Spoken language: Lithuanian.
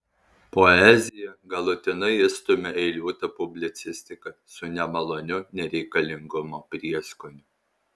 poeziją galutinai išstumia eiliuota publicistika su nemaloniu nereikalingumo prieskoniu